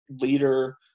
leader